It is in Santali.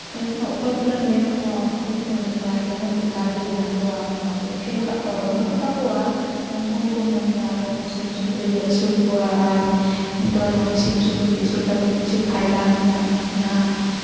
ᱱᱤᱛ ᱦᱚᱸ ᱚᱠᱚᱭ ᱠᱚᱨᱮᱱ ᱵᱟᱹᱱᱩᱜ ᱠᱚᱣᱟ ᱩᱱᱠᱩ ᱦᱚᱸᱠᱚ ᱢᱮᱱᱫᱟ ᱡᱮᱢᱚᱱ ᱵᱮᱠᱟᱨ ᱜᱮ ᱢᱮᱱᱟᱜ ᱠᱚᱣᱟ ᱩᱱᱠᱩ ᱵᱟᱠᱚ ᱟᱹᱥᱩᱞ ᱠᱟᱜ ᱠᱚᱣᱟ ᱵᱟᱹᱱᱩᱜ ᱠᱚᱛᱟ ᱠᱚᱣᱟ ᱩᱱᱠᱩ ᱦᱚᱸᱠᱚ ᱢᱮᱱᱫᱟ ᱟᱞᱮ ᱦᱚᱸ ᱥᱤᱢ ᱥᱩᱠᱨᱤᱞᱮ ᱟᱹᱥᱩᱞ ᱠᱚᱣᱟ ᱟᱨ ᱱᱤᱛᱚᱜ ᱱᱚᱜᱼᱚᱭ ᱥᱤᱢ ᱥᱩᱠᱨᱤ ᱟᱹᱥᱩᱞ ᱠᱟᱛᱮᱫ ᱠᱤᱪᱷᱩ ᱯᱷᱟᱭᱫᱟ ᱦᱮᱱᱟᱜᱼᱟ ᱦᱮᱱᱟᱜᱼᱟ